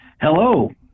Hello